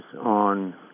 on